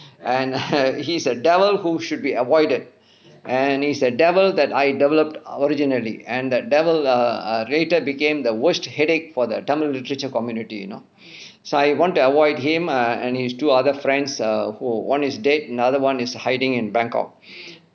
and err he's a devil who should be avoided and he is a devil that I developed originally and that devil err err later became the worst headache for the tamil literature community you know so I want to avoid him err and his two other friends err who one is dead another one is hiding in bangkok